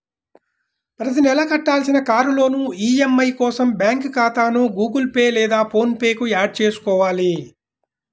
ప్రతి నెలా కట్టాల్సిన కార్ లోన్ ఈ.ఎం.ఐ కోసం బ్యాంకు ఖాతాను గుగుల్ పే లేదా ఫోన్ పే కు యాడ్ చేసుకోవాలి